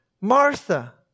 Martha